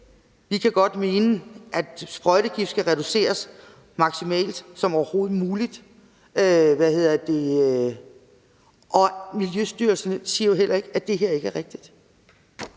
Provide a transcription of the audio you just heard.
vi kan godt mene, at brugen af sprøjtegift skal reduceres så maksimalt som overhovedet muligt, og Miljøstyrelsen siger jo heller ikke, at det her ikke er rigtigt.